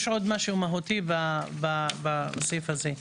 יש עוד משהו מהותי בסעיף הזה.